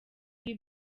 ibi